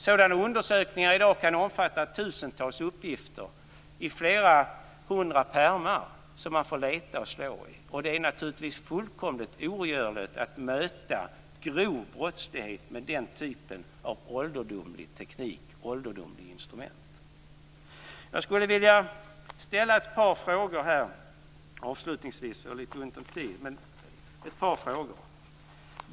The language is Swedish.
Sådana undersökningar kan i dag omfatta tusentals uppgifter i flera hundra pärmar som man får leta och slå i, och det är naturligtvis fullkomligt ogörligt att möta grov brottslighet med den typen av ålderdomlig teknik och ålderdomliga instrument. Jag skulle vilja ställa ett par frågor. Vi har litet ont om tid, men ett par frågor vill jag ställa.